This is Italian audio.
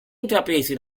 intraprese